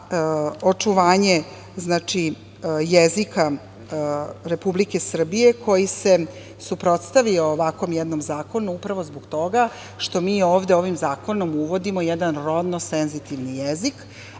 očuvanje jezika Republike Srbije koji se suprotstavio ovakvom jednom zakonu, upravo zbog toga što mi ovde ovim zakonom uvodimo jedan rodno senzitivni jezik,